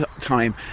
time